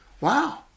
Wow